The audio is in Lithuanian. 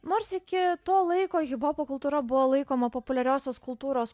nors iki to laiko hiphopo kultūra buvo laikoma populiariosios kultūros